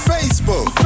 Facebook